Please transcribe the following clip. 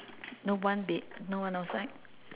no one be~ no one outside